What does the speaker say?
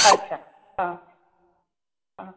अच्छा हां हां